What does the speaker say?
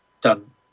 done